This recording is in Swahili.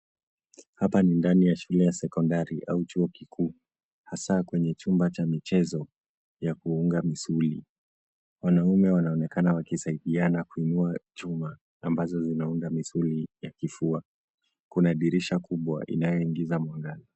Hapa ni ndani ya shule ya sekondari au chuo kikuu hasa kwenye chumba cha michezo ya kuunga misuli. Wanaume wanaonekana wakisaidiana kuinua chuma ambazo zinaunga misuli ya kifua. Kuna dirisha kubwa inayoingiza mwangaza.